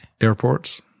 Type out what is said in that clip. airports